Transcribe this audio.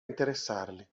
interessarli